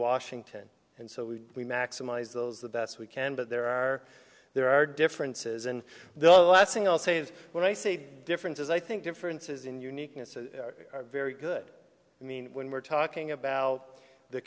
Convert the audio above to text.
washington and so we maximize those the best we can but there are there are differences and the last thing i'll say is when i say differences i think differences in uniqueness are very good i mean when we're talking about the